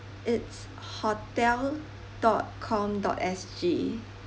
it's hotel dot com dot S_G